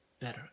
better